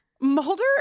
Mulder